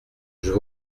veux